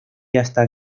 hasta